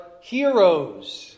heroes